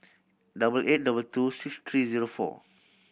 double eight double two six three zero four